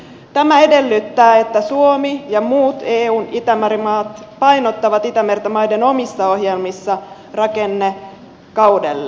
tämä edellyttää että suomi ja muut eun itämeri maat painottavat itämerta maiden omissa ohjelmissa rakennekaudelle